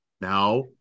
Now